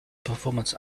performance